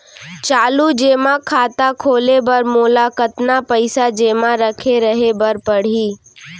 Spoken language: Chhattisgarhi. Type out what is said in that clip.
चालू जेमा खाता खोले बर मोला कतना पइसा जेमा रखे रहे बर पड़ही?